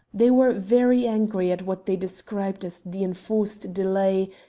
they were very angry at what they described as the enforced delay,